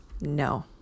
No